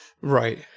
Right